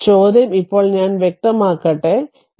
അതിനാൽ ചോദ്യം ഇപ്പോൾ ഞാൻ വ്യക്തമാക്കട്ടെ എന്നതാണ്